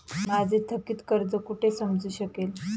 माझे थकीत कर्ज कुठे समजू शकेल?